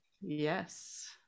Yes